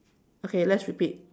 okay let's repeat